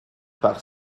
par